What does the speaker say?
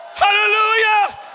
hallelujah